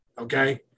Okay